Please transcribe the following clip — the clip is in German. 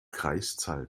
kreiszahl